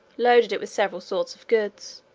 loaded it with several sorts of goods,